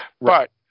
Right